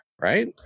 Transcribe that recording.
right